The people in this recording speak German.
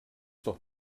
doch